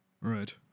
Right